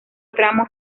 tramos